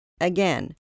again